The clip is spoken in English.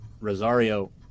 Rosario